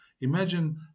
Imagine